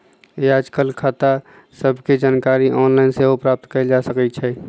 याजकाल खता सभके जानकारी ऑनलाइन सेहो प्राप्त कयल जा सकइ छै